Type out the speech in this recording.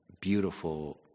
beautiful